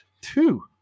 two